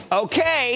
Okay